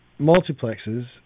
multiplexes